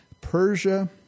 Persia